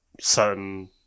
certain